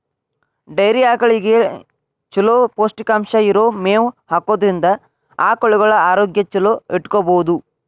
dairy ಆಕಳಗಳಿಗೆ ಚೊಲೋ ಪೌಷ್ಟಿಕಾಂಶ ಇರೋ ಮೇವ್ ಹಾಕೋದ್ರಿಂದ ಆಕಳುಗಳ ಆರೋಗ್ಯ ಚೊಲೋ ಇಟ್ಕೋಬಹುದು